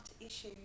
issues